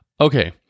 Okay